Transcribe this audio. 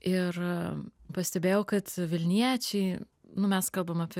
ir pastebėjau kad vilniečiai nu mes kalbam apie